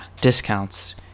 discounts